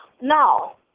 no